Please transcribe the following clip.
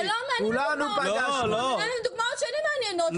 אלה דוגמאות שמעניינות אותי.